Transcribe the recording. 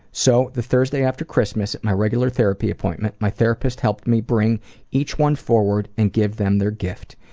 so, the thursday after christmas at my regular therapy appointment, my therapist helped me bring each one forward and give them their gift.